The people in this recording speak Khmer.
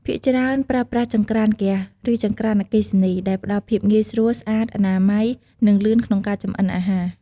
ភាគច្រើនប្រើប្រាស់ចង្រ្តានហ្គាស ឬចង្រ្តានអគ្គិសនី ដែលផ្ដល់ភាពងាយស្រួល ស្អាត អនាម័យ និងលឿនក្នុងការចម្អិនអាហារ។